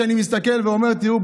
כשאני מסתכל ואומר: תראו,